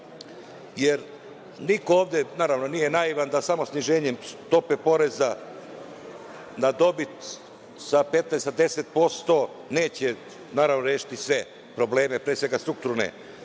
jer niko ovde, naravno, nije naivan da samo sniženjem stope poreza na dobit sa 15% na 10% neće rešiti sve probleme, pre svega, strukturne